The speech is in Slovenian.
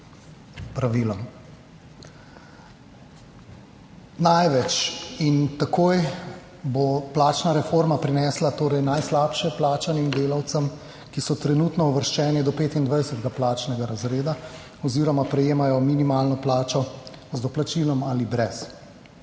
Največ in takoj bo plačna reforma prinesla torej najslabše plačanim delavcem, ki so trenutno uvrščeni do 25. plačnega razreda oziroma prejemajo minimalno plačo z doplačilom ali brez.